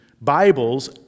Bibles